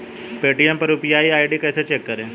Paytm पर UPI ID कैसे check करें?